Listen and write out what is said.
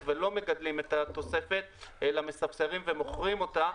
ולא מגדלים את התוספת אלא מספסרים ומוכרים אותה.